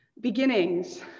Beginnings